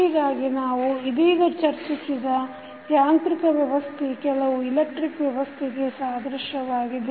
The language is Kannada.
ಹೀಗಾಗಿ ನಾವು ಇದೀಗ ಚರ್ಚಿಸಿದ ಯಾಂತ್ರಿಕ ವ್ಯವಸ್ಥೆ ಕೆಲವು ಇಲೆಕ್ಟ್ರಿಕ್ ವ್ಯವಸ್ಥೆಗೆ ಸಾದೃಶ್ಯವಾಗಿದೆ